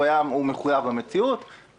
אלא הוא מחויב המציאות.